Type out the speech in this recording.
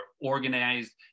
organized